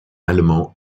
allemand